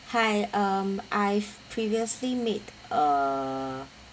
hi um I've previously made a